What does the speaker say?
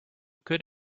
could